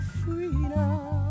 freedom